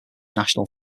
national